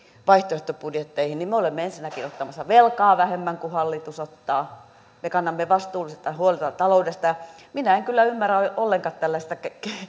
vaihtoehtobudjetteihin niin me olemme ensinnäkin ottamassa velkaa vähemmän kuin hallitus ottaa me kannamme vastuullisesti huolta taloudesta ja minä en kyllä ymmärrä ollenkaan tällaista